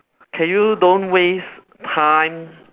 can you don't waste time